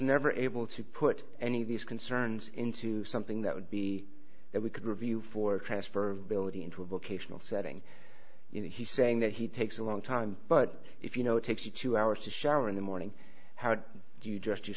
never able to put any of these concerns into something that would be that we could review for transfer of building into a vocational setting and he's saying that he takes a long time but if you know it takes you two hours to shower in the morning how do you just your